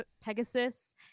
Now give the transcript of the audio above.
Pegasus